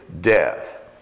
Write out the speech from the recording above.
death